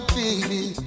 baby